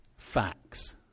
Facts